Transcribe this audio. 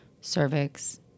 cervix